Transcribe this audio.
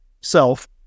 self